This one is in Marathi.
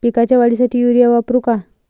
पिकाच्या वाढीसाठी युरिया वापरू का?